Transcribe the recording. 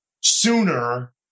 sooner